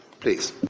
Please